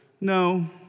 no